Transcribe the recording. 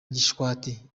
gishwati